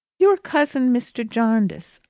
your cousin, mr. jarndyce.